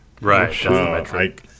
Right